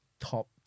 top